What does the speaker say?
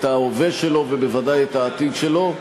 את ההווה שלו ובוודאי את העתיד שלו.